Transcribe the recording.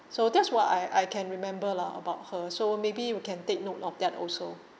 so that's what I I can remember lah about her so maybe you can take note of that also